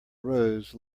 rose